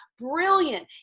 brilliant